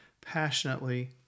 passionately